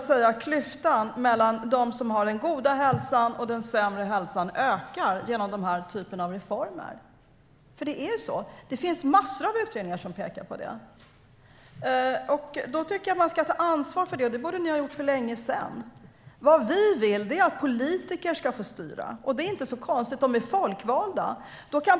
Klyftan mellan dem som har god hälsa och dem som har sämre hälsa ökar genom den här typen av reformer. Det är så. Det finns massor av utredningar som pekar på det. Då tycker jag att man ska ta ansvar för det. Det borde ni ha gjort för länge sedan. Vad vi vill är att politiker ska få styra, och det är inte konstigt. De är folkvalda.